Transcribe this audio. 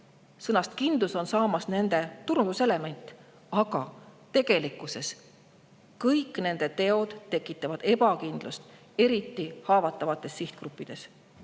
Sõnast "kindlus" on saamas nende turunduselement, aga tegelikkuses tekitavad kõik nende teod ebakindlust, eriti haavatavates sihtgruppides.